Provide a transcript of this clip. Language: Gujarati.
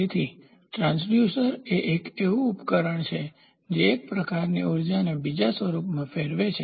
તેથી ટ્રાંસડ્યુસર એ એક એવું ઉપકરણ છે જે એક પ્રકારનાં ઉર્જા ને બીજા સ્વરૂપમાં ફેરવે છે